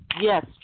yes